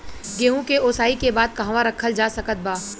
गेहूँ के ओसाई के बाद कहवा रखल जा सकत बा?